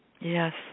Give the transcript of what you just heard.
yes